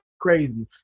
crazy